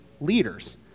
leaders